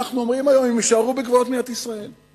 ואנחנו אומרים היום שהם יישארו בגבולות מדינת ישראל,